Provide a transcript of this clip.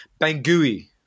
Bangui